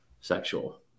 sexual